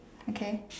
okay